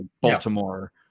Baltimore